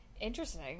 Interesting